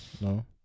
No